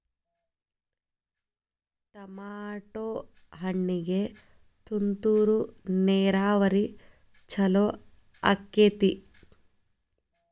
Tomato ಹಣ್ಣಿಗೆ ತುಂತುರು ನೇರಾವರಿ ಛಲೋ ಆಕ್ಕೆತಿ?